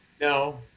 No